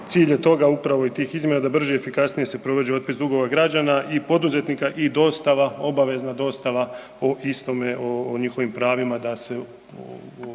cilj je toga upravo i tih izmjena da brže i efikasnije se provodi otpis dugova građana i poduzetnika i dostava, obavezna dostava o istome o njihovim pravima